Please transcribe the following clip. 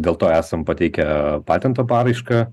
dėl to esam pateikę patento paraišką